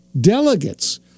delegates